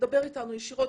דבר אתנו ישירות,